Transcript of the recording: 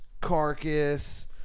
Carcass